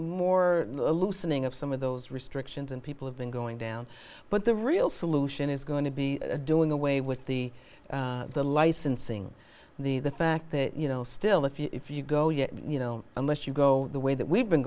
more loosening of some of those restrictions and people have been going down but the real solution is going to be doing away with the the licensing the fact that you know still if you if you go you you know unless you go the way that we've been